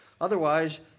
Otherwise